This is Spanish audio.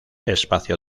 espacio